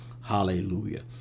Hallelujah